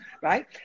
right